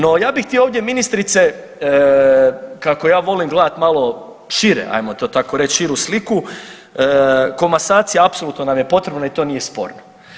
No, ja bih htio ovdje ministrice kako ja volim gledati malo šire ajmo to tako reći, širu sliku, komasacija apsolutno nam je potrebna i to nije sporno.